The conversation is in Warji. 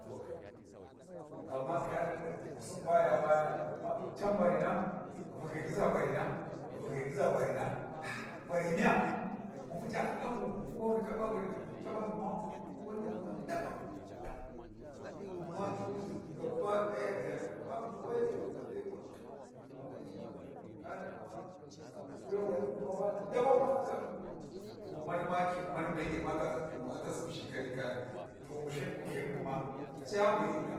Zuwakai, amma kayani ɗi kukusin baya baya varina ghi fakhi ghi gyiza varina ghi fakhi ghi gyuza varina ah-ahvari miya? wu puca lhikan vu ƙuba wu ndaka pa varina, caba gma wali gma daɓa, ma c'ulthi gaba daya kayana babu wali bayan ma ndaka u'mau kayani gma wuya wali gma bani badan ma ndaka u'mau kayani gma wuya wali gma bani daban ma ndaka u'mau, to mani ke mani be'e mata subu shekari kayan, to wulthi wulthighun gma sai yani buhyi u'miya.